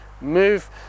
move